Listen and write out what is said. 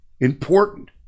Important